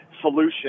solution